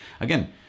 again